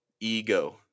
ego